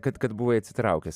kad kad buvai atsitraukęs